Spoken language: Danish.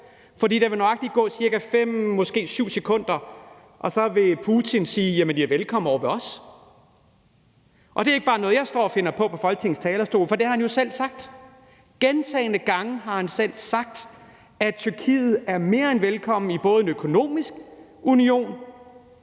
5 sekunder, måske 7 sekunder, og så vil Putin sige: Jamen I er velkomne ovre ved os. Det er ikke bare noget, jeg står og finder på her på Folketingets talerstol, for det har han jo selv sagt. Gentagne gange har han selv sagt, at Tyrkiet er mere end velkommen i både en økonomisk union,